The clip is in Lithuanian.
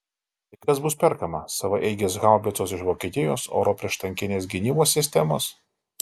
tai kas bus perkama savaeigės haubicos iš vokietijos oro prieštankinės gynybos sistemos